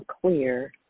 clear